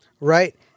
Right